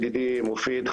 ידידי מופיד,